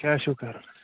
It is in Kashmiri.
کیٛاہ چھُو کَران